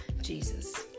Jesus